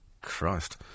Christ